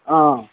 অ